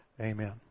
Amen